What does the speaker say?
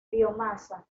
biomasa